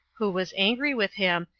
who was angry with him,